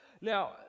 Now